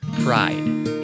Pride